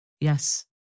Yes